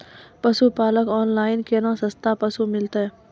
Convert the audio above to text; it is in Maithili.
पशुपालक कऽ ऑनलाइन केना सस्ता पसु मिलतै?